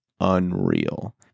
unreal